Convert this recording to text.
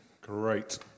Great